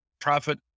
Profit